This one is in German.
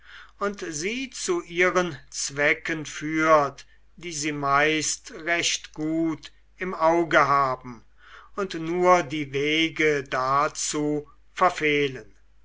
und sie zu ihren zwecken führt die sie meist recht gut im auge haben und nur die wege dazu verfehlen